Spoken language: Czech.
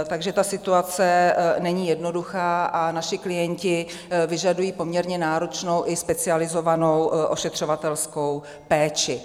Takže ta situace není jednoduchá a naši klienti vyžadují poměrně náročnou i specializovanou ošetřovatelskou péči.